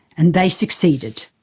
and they succeeded.